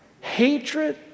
hatred